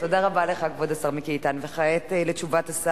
תודה רבה לך, כבוד השר מיקי איתן.